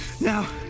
Now